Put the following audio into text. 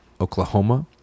Oklahoma